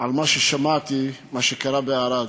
ממה ששמעתי על מה שקרה בערד.